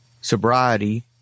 Sobriety